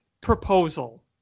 proposal